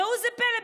ראו זה פלא.